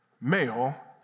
male